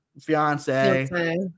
fiance